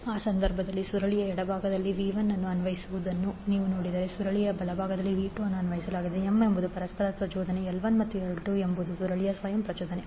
ಈ ಸಂದರ್ಭದಲ್ಲಿ ಸುರುಳಿಯ ಎಡಭಾಗದಲ್ಲಿ v1 ಅನ್ನು ಅನ್ವಯಿಸುವುದನ್ನು ನೀವು ನೋಡಿದರೆ ಸುರುಳಿಯ ಬಲಭಾಗದಲ್ಲಿ v2 ಅನ್ನು ಅನ್ವಯಿಸಲಾಗುತ್ತದೆ M ಎಂಬುದು ಪರಸ್ಪರ ಪ್ರಚೋದನೆ L1 ಮತ್ತು L2 ಎರಡೂ ಸುರುಳಿಗಳ ಸ್ವಯಂ ಪ್ರಚೋದನೆಗಳು